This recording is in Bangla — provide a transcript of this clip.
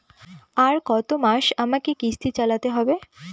আর কতমাস আমাকে কিস্তি চালাতে হবে?